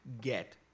get